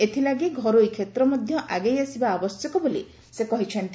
ଏଥିଲାଗି ଘରୋଇ କ୍ଷେତ୍ର ମଧ୍ୟ ଆଗେଇ ଆସିବା ଦରକାର ବୋଲି ସେ କହିଚ୍ଚନ୍ତି